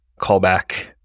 callback